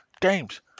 Games